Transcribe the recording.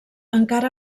encara